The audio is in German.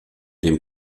dem